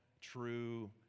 true